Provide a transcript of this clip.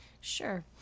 sure